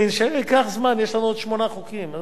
ייקח זמן, יש לנו עוד שמונה חוקים.